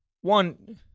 One